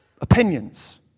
opinions